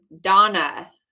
donna